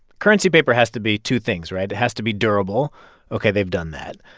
currency paper has to be two things, right? it has to be durable ok, they've done that.